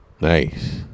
Nice